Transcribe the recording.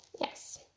yes